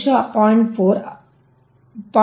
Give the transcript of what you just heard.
4 ಆದ್ದರಿಂದ 0